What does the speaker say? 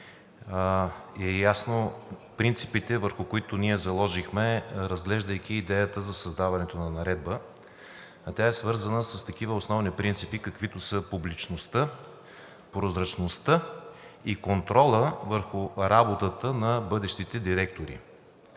са ясни принципите, върху които ние заложихме, разглеждайки идеята за създаването на наредба, а тя е свързана с такива основни принципи, каквито са публичността, прозрачността и контролът върху работата на бъдещите директори.